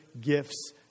gifts